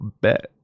bet